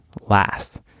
last